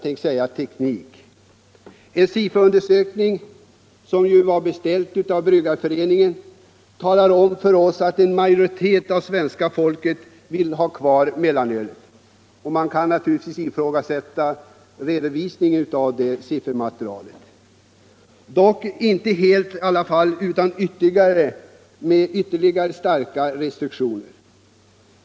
En SIFO-undersökning som var beställd av Bryggareföreningen talar om för oss att en majoritet av svenska folket vill ha kvar mellanölet, dock inte helt utan ytterligare restriktioner. Man kan naturligtvis ifrågasätta redovisningen av det siffermaterialet.